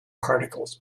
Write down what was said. particles